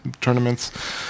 tournaments